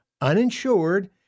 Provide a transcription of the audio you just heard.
uninsured